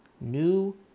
New